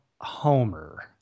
Homer